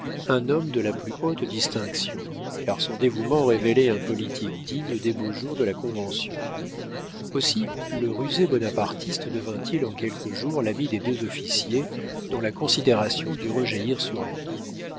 un homme de la plus haute distinction car son dévouement révélait un politique digne des beaux jours de la convention aussi le rusé bonapartiste devint-il en quelques jours l'ami des deux officiers dont la considération dut rejaillir sur lui